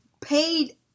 paid